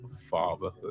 fatherhood